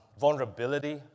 vulnerability